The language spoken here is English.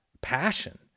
passion